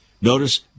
notice